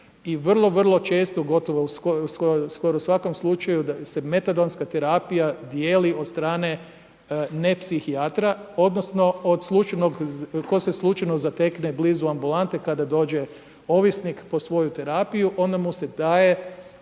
I vrlo često gotovo u svakom slučaju se metadonska terapija dijeli od strane ne psihijatra, odnosno, od slučajnog, tko se slučajno zatekne blizu ambulante kada dođe ovisnik po svoju terapiju, onda mu se daje